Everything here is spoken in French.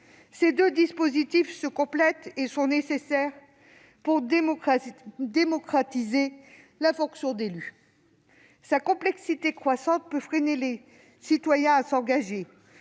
Ces deux dispositifs se complètent et sont nécessaires pour démocratiser la fonction d'élu. Sa complexité croissante peut freiner les citoyens à s'engager,